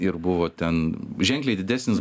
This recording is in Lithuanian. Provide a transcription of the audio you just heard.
ir buvo ten ženkliai didesnis